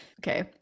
Okay